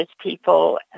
people